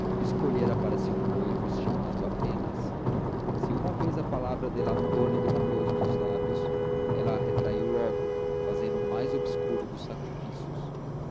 para si um noivo estimado apenas se uma vez a palavra delatora lhe rompeu dos lábios ela a retraiu logo fazendo o mais obscuro dos sacrifícios